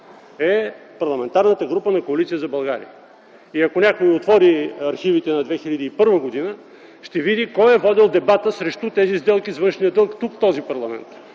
е Парламентарната група на Коалиция за България. Ако някой отвори архивите от 2001 г., ще види кой е водил дебата срещу тези сделки с външния дълг тук, в този парламент.